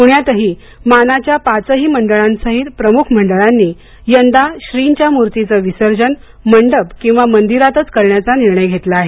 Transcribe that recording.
पूण्यात मानाच्या पाचही मंडळांसहीत प्रमुख मंडळांनी यंदा श्रींच्या मूर्तीचे विसर्जन मंडप किंवा मंदिरातच करण्याचा निर्णय घेतला आहे